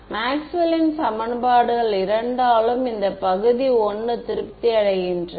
மேக்ஸ்வெல்லின் சமன்பாடுகள் இரண்டாலும் இந்த பகுதி I திருப்தி அடைகின்றது